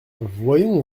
voyons